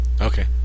Okay